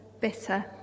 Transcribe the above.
bitter